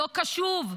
לא קשוב,